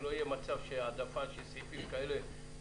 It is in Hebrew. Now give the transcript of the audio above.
שלא יהיה מצב של העדפה של סעיפים כאלה -- לגמרי.